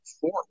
four